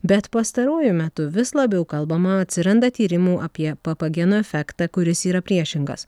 bet pastaruoju metu tu vis labiau kalbama atsiranda tyrimų apie papageno efektą kuris yra priešingas